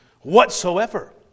whatsoever